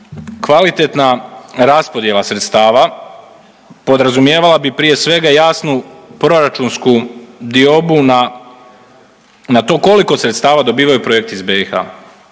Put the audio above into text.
Kvalitetna raspodjela sredstava podrazumijevala bi prije svega jasnu proračunsku diobu na to koliko sredstava dobivaju projekti iz BiH,